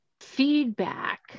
feedback